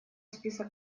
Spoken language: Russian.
список